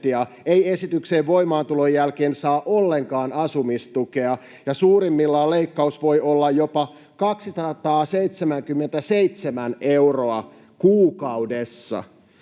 ei esityksen voimaantulon jälkeen saa ollenkaan asumistukea, ja suurimmillaan leikkaus voi olla jopa 277 euroa kuukaudessa.